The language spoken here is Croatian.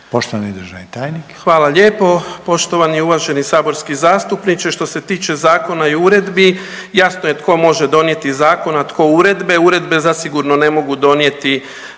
**Rukavina, Sanjin** Hvala lijepo. Poštovani uvaženi saborski zastupniče što se tiče zakona i uredbi, jasno je tko može donijeti zakon, a tko uredbe. Uredbe zasigurno ne mogu donijeti